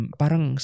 parang